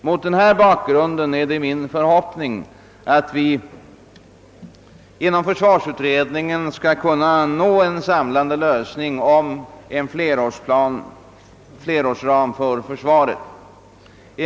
Mot den här bakgrunden är det min förhoppning att vi inom försvarsutredningen skall kunna nå en samlande lösning om en flerårsram för försvarskostnaderna.